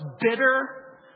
bitter